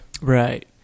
Right